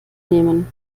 nehmen